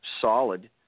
solid